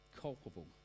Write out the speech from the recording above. culpable